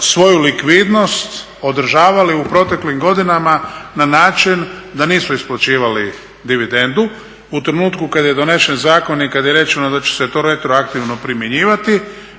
svoju likvidnost održavali u proteklim godinama na način da nisu isplaćivali dividendu. U trenutku kada je donesen zakon i kada je rečeno da će se to retroaktivno primjenjivati